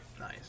Nice